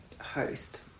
host